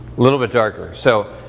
little bit darker. so,